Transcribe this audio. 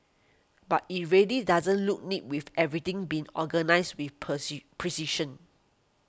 but it really doesn't look neat with everything being organised with precision